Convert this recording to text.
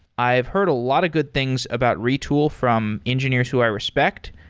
i've heard a lot of good things about retool from engineers who i respect.